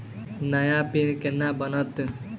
नया पिन केना बनत?